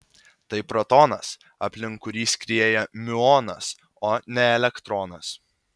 tai protonas aplink kurį skrieja miuonas o ne elektronas